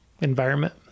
environment